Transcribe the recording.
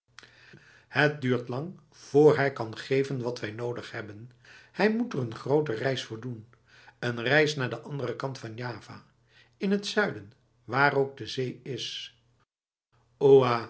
het duurt lang vr hij kan geven wat wij nodig hebben hij moet er een grote reis voor doen een reis naar de andere kant van java in het zuiden waar ook de zee is